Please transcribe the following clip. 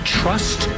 trust